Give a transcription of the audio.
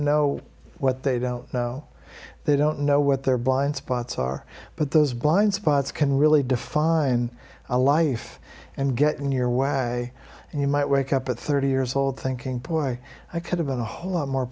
know what they don't know they don't know what their blind spots are but those blind spots can really define a life and get in your way and you might wake up at thirty years old thinking poor i i could have been a whole lot more